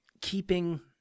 keeping –